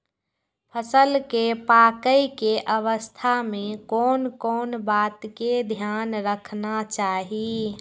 फसल के पाकैय के अवस्था में कोन कोन बात के ध्यान रखना चाही?